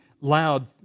loud